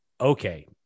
okay